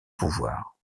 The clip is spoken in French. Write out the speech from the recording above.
pouvoir